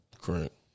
Correct